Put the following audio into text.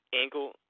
ankle